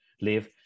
live